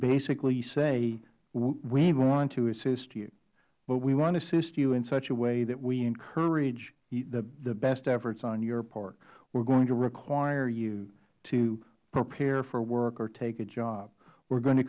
basically say we want to assist you but we want to assist you in such a way that we encourage the best efforts on your part we are going to require you to prepare for work or take a job we are going to